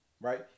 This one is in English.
right